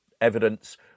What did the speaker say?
evidence